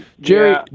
Jerry